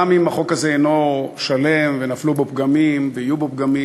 גם אם החוק הזה אינו שלם ונפלו בו פגמים ויהיו פגמים,